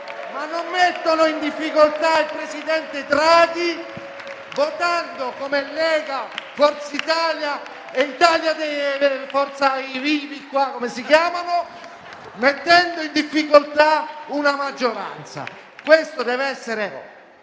ma non mettono in difficoltà il presidente Draghi, votando come Lega, Forza Italia e Italia dei Vivi o Forza i Vivi, come si chiamano, mettendo così in difficoltà la maggioranza. Questo deve essere